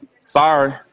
sorry